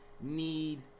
Need